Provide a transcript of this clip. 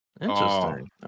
Interesting